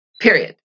Period